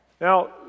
Now